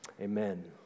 Amen